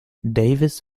davis